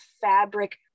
fabric